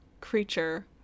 creature